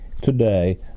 today